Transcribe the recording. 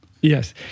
Yes